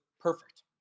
perfect